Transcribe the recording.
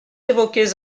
évoquez